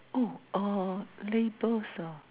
oh uh labels ah